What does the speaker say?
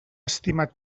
estimat